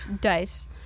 dice